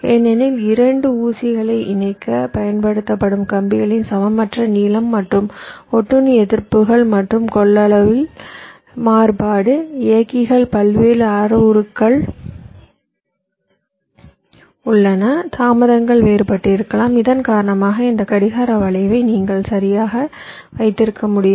ஏனெனில் இரண்டு ஊசிகளை இணைக்கப் பயன்படுத்தப்படும் கம்பிகளின் சமமற்ற நீளம் மற்றும் ஒட்டுண்ணி எதிர்ப்புகள் மற்றும் கொள்ளளவுகளில் மாறுபாடு இயக்கிகள் பல்வேறு அளவுருக்கள் உள்ளன தாமதங்கள் வேறுபட்டிருக்கலாம் இதன் காரணமாக இந்த கடிகார வளைவை நீங்கள் சரியாக வைத்திருக்க முடியும்